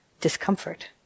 discomfort